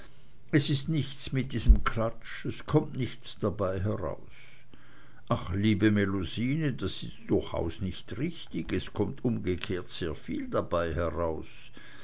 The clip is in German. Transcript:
es ist nichts mit diesem klatsch es kommt nichts dabei heraus ach liebe melusine das ist durchaus nicht richtig es kommt umgekehrt sehr viel dabei heraus